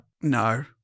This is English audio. No